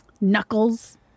knuckles